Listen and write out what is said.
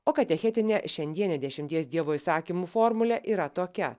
o katechetinė šiandienė dešimties dievo įsakymų formulė yra tokia